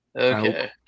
Okay